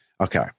Okay